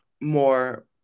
more